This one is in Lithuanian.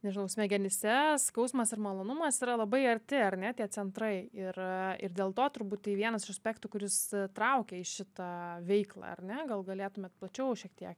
nežinau smegenyse skausmas ir malonumas yra labai arti ar ne tie centrai ir ir dėl to turbūt tai vienas iš aspektų kuris traukia į šitą veiklą ar ne gal galėtumėt plačiau šiek tiek